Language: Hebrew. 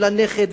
ולנכד,